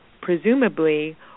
presumably